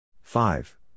five